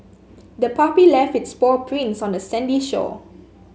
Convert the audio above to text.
the puppy left its paw prints on the sandy shore